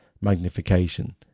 magnification